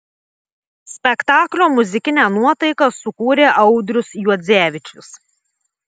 spektaklio muzikinę nuotaiką sukūrė audrius juodzevičius